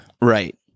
Right